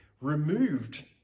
removed